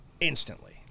instantly